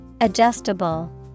Adjustable